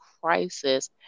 crisis